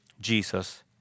Jesus